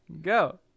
go